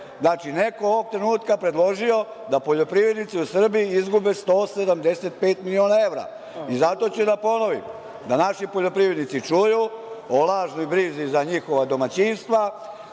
Znači, neko ovog trenutka je predložio da poljoprivrednici u Srbiji izgube 175 miliona evra. Zato ću da ponovim, da naši poljoprivrednici čuju o lažnoj brizi za njihova domaćinstva,